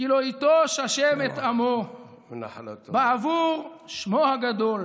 "כי לא יטש ה' את עמו בעבור שמו הגדול